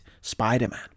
Spider-Man